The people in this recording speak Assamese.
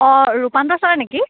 অঁ ৰূপান্তৰ ছাৰ নেকি